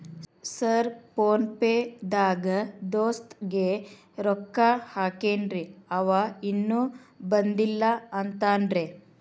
Sir PhonePe ದಾಗ ದೋಸ್ತ್ ಗೆ ರೊಕ್ಕಾ ಹಾಕೇನ್ರಿ ಅಂವ ಇನ್ನು ಬಂದಿಲ್ಲಾ ಅಂತಾನ್ರೇ?